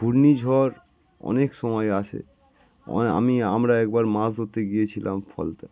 ঘূর্ণিঝড় অনেক সময় আসে আমি আমরা একবার মাছ ধরতে গিয়েছিলাম ফলতে